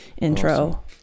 intro